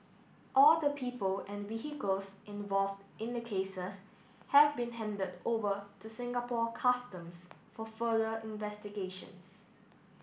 all the people and vehicles involved in the cases have been handed over to Singapore Customs for further investigations